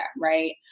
right